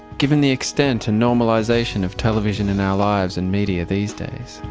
given the extent and normalisation of television in our lives and media these days.